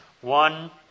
one